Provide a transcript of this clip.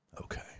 Okay